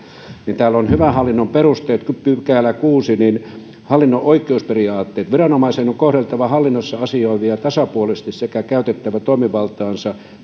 jossa on hyvän hallinnon perusteet kuudes pykälä hallinnon oikeusperiaatteet viranomaisen on kohdeltava hallinnossa asioivia tasapuolisesti sekä käytettävä toimivaltaansa